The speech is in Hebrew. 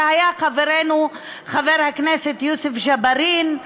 היה חברנו חבר הכנסת יוסף ג'בארין,